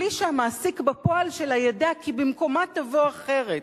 בלי שהמעסיק בפועל שלה ידע, כי במקומה תבוא אחרת,